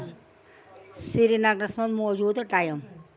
سریٖنگرس منز موجوٗدٕ ٹایم